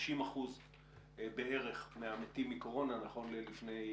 30% בערך מהמתים מקורונה נכון ללפני חודש,